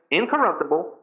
incorruptible